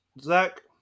Zach